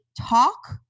talk